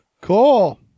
Cool